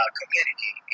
community